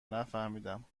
نفهمیدم